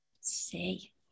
see